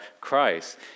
Christ